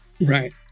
right